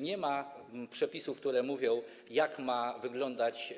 Nie ma przepisów, które mówią, jak ma wyglądać